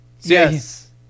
Yes